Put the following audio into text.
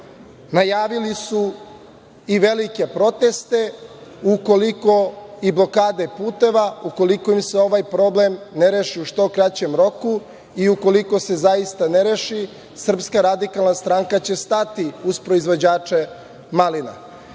Najavili su i velike proteste i blokade puteva ukoliko im se ovaj problem ne reši u što kraćem roku. Ukoliko se zaista ne reši, SRS će stati uz proizvođače malina.